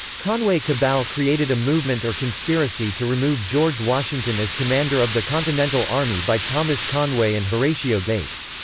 conway cabal created a movement or conspiracy to remove george washington as commander of the continental army by thomas conway and horatio gates.